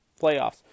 playoffs